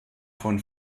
von